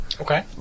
Okay